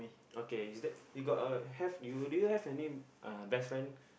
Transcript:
okay is that you got a have you do you have any uh best friend